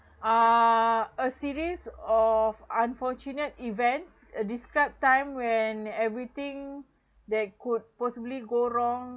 uh a series of unfortunate events uh described time when everything they could possibly go wrong